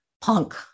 punk